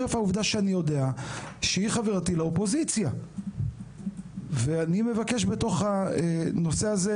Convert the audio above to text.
חרף העובדה שאני יודע שהיא חברתי לאופוזיציה ואני מבקש בתוך הנושא הזה,